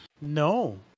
no